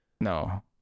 No